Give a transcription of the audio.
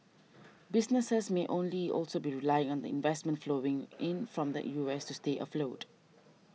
businesses may only also be relying on the investment flowing in from the U S to stay afloat